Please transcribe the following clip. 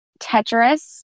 Tetris